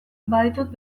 baditut